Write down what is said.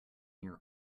your